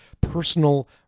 personal